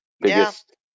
biggest